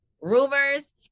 rumors